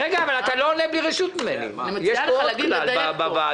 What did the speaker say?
אני מציעה לך לדייק פה.